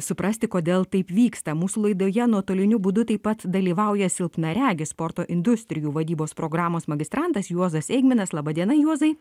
suprasti kodėl taip vyksta mūsų laidoje nuotoliniu būdu taip pat dalyvauja silpnaregis sporto industrijų vadybos programos magistrantas juozas eigminas laba diena juozai